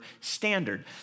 standard